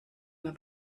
mehr